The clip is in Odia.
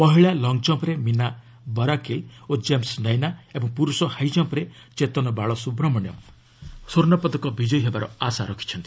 ମହିଳା ଲଙ୍ଗ୍ କମ୍ପ୍ରେ ମୀନା ବରାକିଲ୍ ଓ କେମ୍ସ ନୟନା ଏବଂ ପୁରୁଷ ହାଇ ଜମ୍ପ୍ରେ ଚେତନ ବାଳସୁବ୍ରମଣ୍ୟ ମଧ୍ୟ ସ୍ୱର୍ଷ୍ଣପଦକ ବିଜୟୀ ହେବାର ଆଶା ରଖିଛନ୍ତି